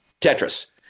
Tetris